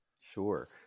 Sure